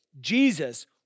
Jesus